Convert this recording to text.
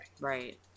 Right